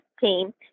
team